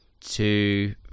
two